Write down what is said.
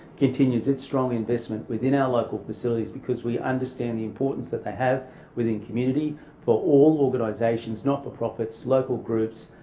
continues its strong investment within our local facilities because we understand the importance that they have within community for all organisations, not-for-profits, local groups,